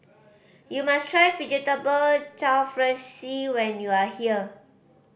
you must try Vegetable Jalfrezi when you are here